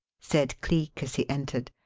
said cleek, as he entered.